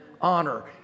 honor